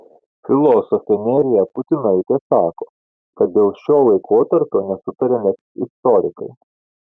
filosofė nerija putinaitė sako kad dėl šio laikotarpio nesutaria net istorikai